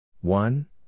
One